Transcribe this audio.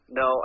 no